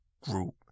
Group